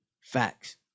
Facts